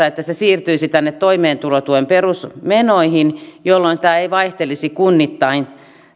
että se siirtyisi tänne toimeentulotuen perusmenoihin jolloin tämä korvaus ei vaihtelisi kunnittain